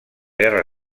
guerra